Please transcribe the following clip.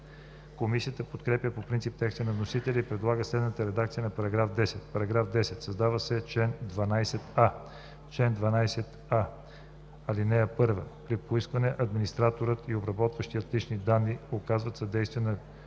Комисията подкрепя по принцип текста на вносителя и предлага следната редакция на § 10: „§ 10. Създава се чл. 12а: „Чл. 12а. (1) При поискване администраторът и обработващият лични данни оказват съдействие на